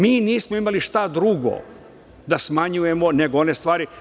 Mi nismo imali šta drugo da smanjujemo nego one stvari.